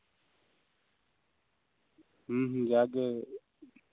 ᱦᱩᱸ ᱦᱩᱸ ᱡᱟᱜᱮ